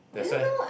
that's why